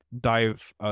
dive